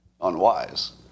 unwise